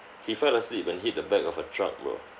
he fell asleep and hit the back of a truck bro